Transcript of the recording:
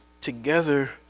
together